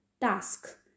task